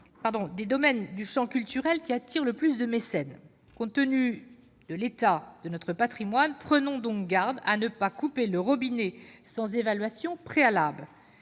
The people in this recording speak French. des domaines du champ culturel qui attirent le plus de mécènes. Compte tenu de l'état de notre patrimoine, prenons garde à ne pas « couper le robinet » sans évaluation préalable.